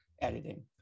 editing